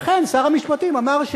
ואכן, שר המשפטים אמר,